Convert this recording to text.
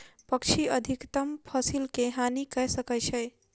पक्षी अधिकतम फसिल के हानि कय सकै छै